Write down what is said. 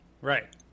Right